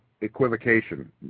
equivocation